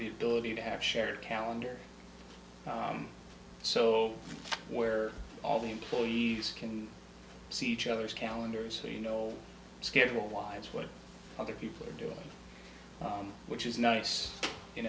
the ability to have shared calendar so where all the employees can see each other's calendars so you know schedule wise what other people are doing which is nice you